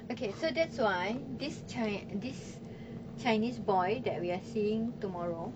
okay so that's why this chi~ this chinese boy that we are seeing tomorrow